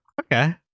Okay